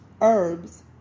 herbs